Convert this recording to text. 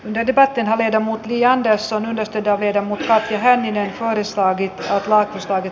me debatten tehdä muuta ja andersson menestytään vermutti lasse heininen vahvistaa brittisotilaat tiistai